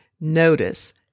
Notice